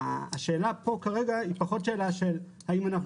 השאלה פה כרגע היא פחות שאלה של האם אנחנו